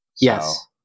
Yes